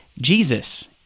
Jesus